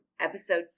Episode